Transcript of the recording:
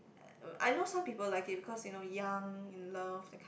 uh I know some people like it because you know young and love that kind